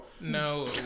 no